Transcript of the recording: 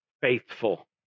faithful